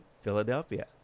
Philadelphia